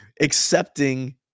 accepting